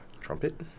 Trumpet